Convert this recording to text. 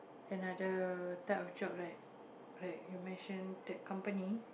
another type of job like like you mention that company